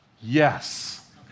Yes